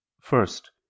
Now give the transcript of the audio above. first